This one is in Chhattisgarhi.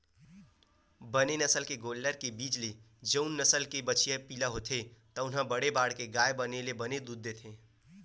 बने नसल के गोल्लर के बीज ले जउन नसल के बछिया पिला होथे तउन ह बड़े बाड़के गाय बने ले बने दूद देथे